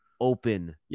open